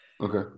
Okay